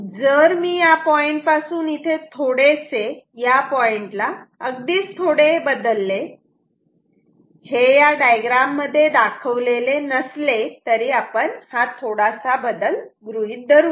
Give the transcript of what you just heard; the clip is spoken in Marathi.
जर मी या पॉईंटपासून इथे थोडेसे या पॉइंटला अगदीच थोडे बदलले हे या डायग्राम मध्ये दाखवलेले नसले तरी हा थोडासा बदल गृहीत धरू या